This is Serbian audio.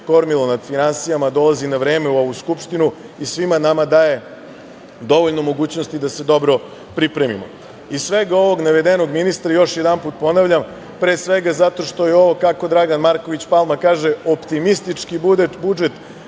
kormilo nad finansijama dolazi na vreme u ovu Skupštinu i svima nama daje dovoljno mogućnosti da se dobro pripremimo. Iz svega navedenog, ministre, još jedanput ponavljam, pre svega zato što je ovo, kako Dragan Marković Palma kaže, optimistični budžet,